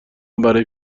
برای